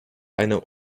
eine